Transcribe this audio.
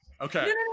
Okay